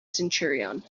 centurion